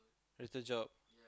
retail job